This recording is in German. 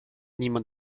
niemand